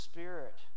Spirit